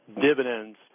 dividends